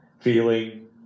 feeling